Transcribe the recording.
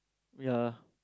ya